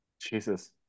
Jesus